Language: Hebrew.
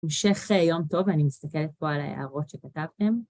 המשך יום טוב, אני מסתכלת פה על ההערות שכתבתם.